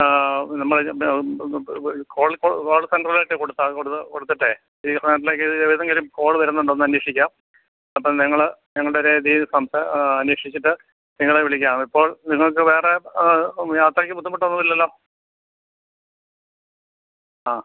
ആ നമ്മൾ ഈ കോൾ ഇപ്പോൾ കോൾ സെന്ററിലേക്ക് കൊടുത്താൽ കൊടുത്തിട്ടെ ഈ മാർട്ടിലേക്ക് എതെങ്കിലും കോള് വരുന്നുണ്ടോ എന്ന് അന്വേഷിക്കാം അപ്പം നിങ്ങൾ നിങ്ങളുടെ രീതിയിൽ അന്വേഷിച്ചിട്ട് നിങ്ങളെ വിളിക്കാം ഇപ്പോൾ നിങ്ങൾക്ക് വേറെ യാത്രക്ക് ബുദ്ധിമുട്ടൊന്നും ഇല്ലല്ലോ അ